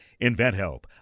InventHelp